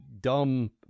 dumb